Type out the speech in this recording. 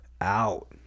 out